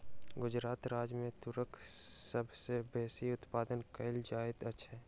गुजरात राज्य मे तूरक सभ सॅ बेसी उत्पादन कयल जाइत अछि